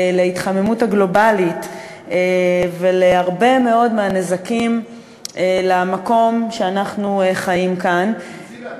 להתחממות הגלובלית ולהרבה מאוד מהנזקים למקום שאנחנו חיים בו.